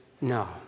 no